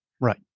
right